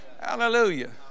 hallelujah